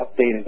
updated